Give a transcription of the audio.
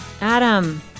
Adam